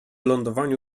lądowaniu